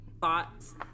thoughts